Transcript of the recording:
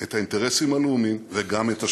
את האינטרסים הלאומיים, וגם את השלום.